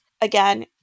again